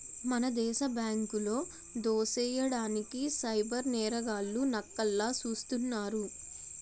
మన దేశ బ్యాంకులో దోసెయ్యడానికి సైబర్ నేరగాళ్లు నక్కల్లా సూస్తున్నారు